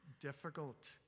difficult